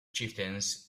chieftains